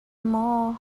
maw